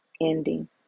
ending